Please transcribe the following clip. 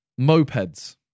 Mopeds